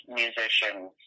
musicians